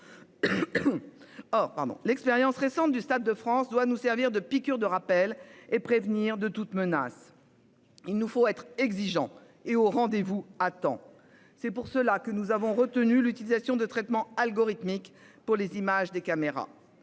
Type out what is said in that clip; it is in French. l'expérience récente du Stade de France doit nous servir de piqûre de rappel et prévenir de toute menace. Il nous faut être exigeant et au rendez-vous attends c'est pour cela que nous avons retenu l'utilisation de traitements algorithmiques pour les images des caméras,